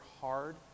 hard